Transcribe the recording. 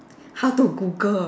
how to Google